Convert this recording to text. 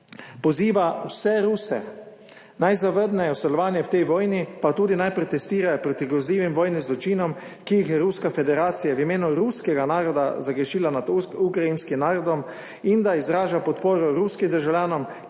poziva vse Ruse, naj zavrnejo sodelovanje v tej vojni, pa tudi naj protestirajo proti grozljivim vojnim zločinom, ki jih je Ruska federacija v imenu ruskega naroda zagrešila nad ukrajinskim narodom, in da izraža podporo ruskim državljanom, ki protestirajo